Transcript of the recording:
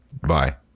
Bye